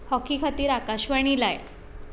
hockey खातीर आकाशवाणी लाय